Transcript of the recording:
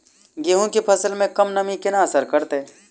गेंहूँ केँ फसल मे कम नमी केना असर करतै?